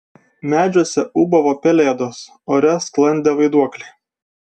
medžiuose ūbavo pelėdos ore sklandė vaiduokliai